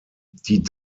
die